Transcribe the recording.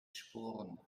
sporen